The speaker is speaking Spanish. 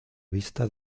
vista